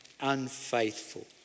unfaithful